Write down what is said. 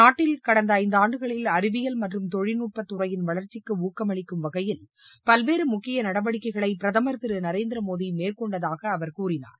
நாட்டில் கடந்த ஐந்தாண்டுகளில் அறிவியல் மற்றும் தொழில்நுட்பத்துறையின் வளர்ச்சிக்கு ஊக்கமளிக்கும் வகையில் பல்வேறு முக்கிய நடவடிக்கைகளை பிரதமர் திரு நரேந்திரமோடி மேற்கொண்டதாக அவர் கூறினார்